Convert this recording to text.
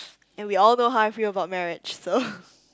and we all know how I feel about marriage so